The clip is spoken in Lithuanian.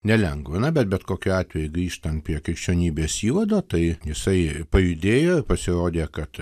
nelengva na bet bet kokiu atveju grįžtant prie krikščionybės įvado tai jisai pajudėjo pasirodė kad